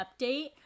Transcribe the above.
update